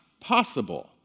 possible